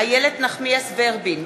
איילת נחמיאס ורבין,